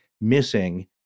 Missing